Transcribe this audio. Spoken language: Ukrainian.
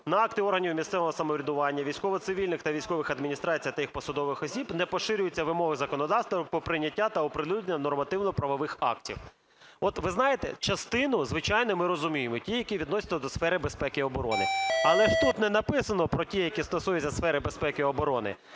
на акти органів місцевого самоврядування військово-цивільних та військових адміністраціях та їх посадових осіб не поширюються вимоги законодавства про прийняття та оприлюднення нормативно-правових актів. От ви знаєте, частину, звичайно, ми розуміємо: ті, які відносяться до сфери безпеки і оборони. Але ж тут не написано про ті, які стосуються сфери безпеки і оборони.